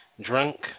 drunk